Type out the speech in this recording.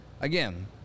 Again